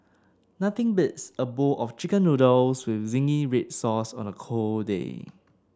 nothing beats a bowl of chicken noodles with zingy red sauce on a cold day